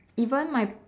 even my